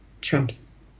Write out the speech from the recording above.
Trump's